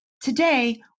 Today